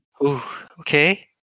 Okay